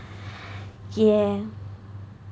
yeah